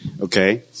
okay